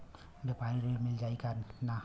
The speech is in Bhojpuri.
व्यापारी ऋण मिल जाई कि ना?